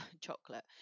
chocolate